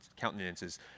countenances